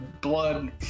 blood